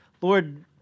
Lord